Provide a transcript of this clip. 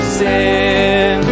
sin